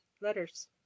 letters